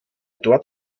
dort